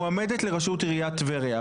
מועמדת לראשות עיריית טבריה,